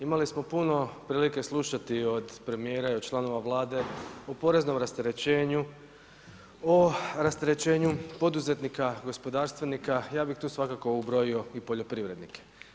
Imali smo puno prilike slušati od premijera i od članova Vlade o poreznom rasterećenju, o rasterećenju poduzetnika, gospodarstvenika, ja bih tu svakako ubrojio i poljoprivrednike.